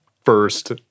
first